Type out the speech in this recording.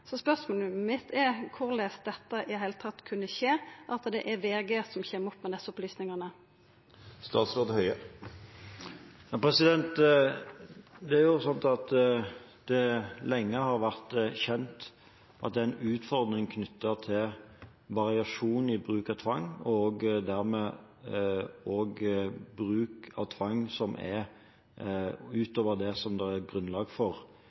Spørsmålet mitt er korleis det i det heile tatt kunne skje at det var VG som kom med desse opplysningane. Det har lenge vært kjent at det er en utfordring knyttet til variasjon i bruk av tvang, og dermed også bruk av tvang utover det som det er grunnlag for